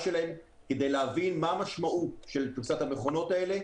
שלהן כדי להבין מה המשמעות של פריסת המכונות האלה.